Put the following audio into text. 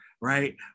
right